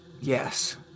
Yes